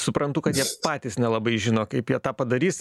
suprantu kad jie patys nelabai žino kaip jie tą padarys